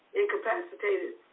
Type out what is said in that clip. incapacitated